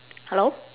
hello